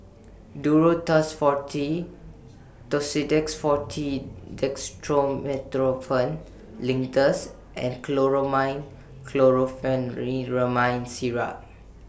Duro Tuss Forte Tussidex Forte Dextromethorphan Linctus and Chlormine Chlorpheniramine Syrup